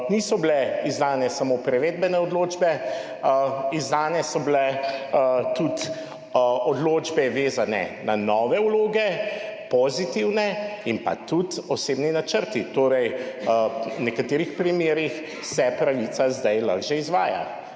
Niso bile izdane samo privedbene odločbe, izdane so bile tudi odločbe vezane na nove vloge, pozitivne in pa tudi osebni načrti. Torej, v nekaterih primerih se pravica zdaj lahko že izvaja.